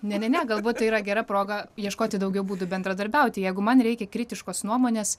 ne ne ne galbūt tai yra gera proga ieškoti daugiau būdų bendradarbiauti jeigu man reikia kritiškos nuomonės